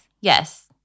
Yes